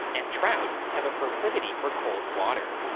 and trout have a proclivity for cold water.